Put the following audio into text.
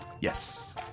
Yes